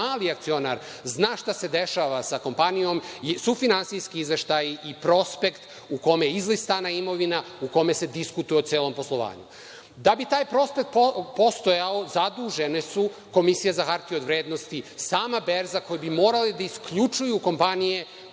mali akcionar zna šta se dešava sa kompanijom su finansijski izveštaj i prospekt u kome je izlistana imovina, u kome se diskutuje o celom poslovanju. Da bi taj prospekt postojao, zadužene su Komisija za hartije od vrednosti, same berze koje bi morale da isključuju kompanije